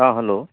हां हालो